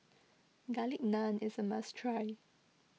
Garlic Naan is a must try